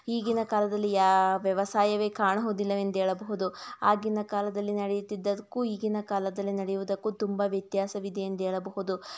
ಈಗಿನ ಕಾಲದಲ್ಲಿ ಯಾ ವ್ಯವಸಾಯವೇ ಕಾಣುವುದಿಲ್ಲವೆಂದು ಹೇಳಬಹುದು ಆಗಿನ ಕಾಲದಲ್ಲಿ ನಡೆಯುತ್ತಿದ್ದುದಕ್ಕೂ ಈಗಿನ ಕಾಲದಲ್ಲಿ ನಡೆಯುವುದಕ್ಕೂ ತುಂಬ ವ್ಯತ್ಯಾಸವಿದೆಯೆಂದು ಹೇಳಬಹುದು